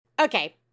Okay